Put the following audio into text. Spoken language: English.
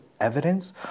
evidence